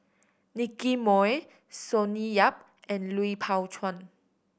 Nicky Moey Sonny Yap and Lui Pao Chuen